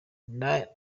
ndahimana